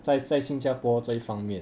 在在新加坡这一方面